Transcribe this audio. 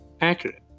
accurate